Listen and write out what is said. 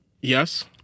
yes